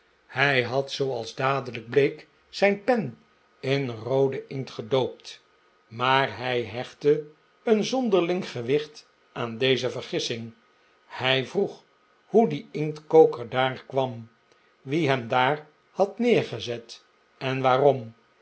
hij had zooals dadelijk bleek zijn pen in rooden inkt gedoopt maar hij hechtte een zonderling gewicht aan deze vergissing hij vroeg hoe die inktkoker daar kwam wie hem daar had neergezet en waarom